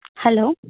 hello